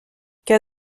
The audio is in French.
qu’a